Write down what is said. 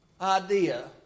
idea